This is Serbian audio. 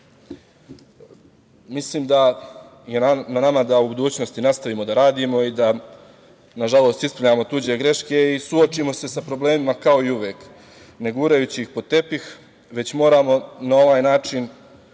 Srbije. Mislim da je na nama da u budućnosti nastavimo da radimo i da, na žalost, ispravljamo tuđe greške i suočimo se sa problemima kao i uvek, ne gurajući ih pod tepih već moramo na ovaj način